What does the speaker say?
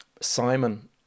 simon